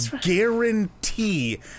guarantee